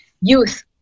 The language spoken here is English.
Youth